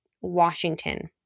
Washington